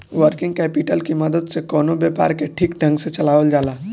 working capital की मदद से कवनो व्यापार के ठीक ढंग से चलावल जाला